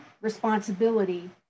responsibility